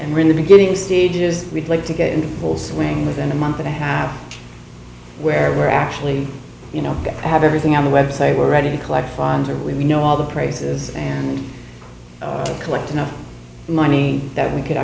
are in the beginning stages we'd like to get into full swing within a month and a half where we're actually you know have everything on the website we're ready to collect funds or we know all the praises and to collect enough money that we could